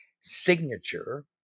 signature